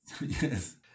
Yes